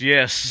Yes